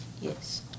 Yes